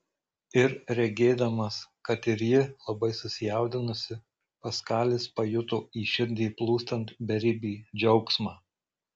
ir regėdamas kad ir ji labai susijaudinusi paskalis pajuto į širdį plūstant beribį džiaugsmą